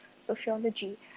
sociology